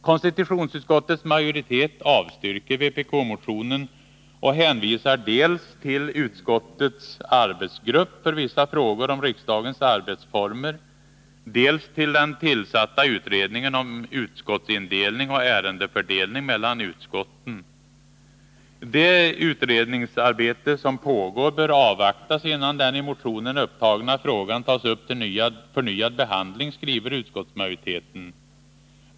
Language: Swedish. Konstitutionsutskottets majoritet avstyrker vpk-motionen och hänvisar dels till utskottets arbetsgrupp för vissa frågor om riksdagens arbetsformer, dels till den tillsatta utredningen om utskottsindelning och ärendefördelning mellan utskotten. Det utredningsarbete som pågår bör avvaktas innan den i motionen upptagna frågan tas upp till förnyad behandling, skriver utskottsmajoriteten.